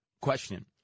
Question